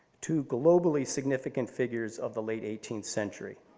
two globally significant figures of the late eighteenth century.